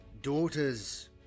Daughters